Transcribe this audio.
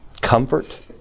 Comfort